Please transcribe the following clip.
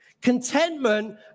Contentment